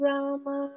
Rama